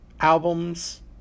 albums